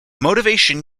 motivation